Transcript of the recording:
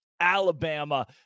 Alabama